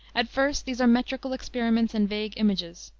at first these are metrical experiments and vague images,